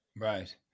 Right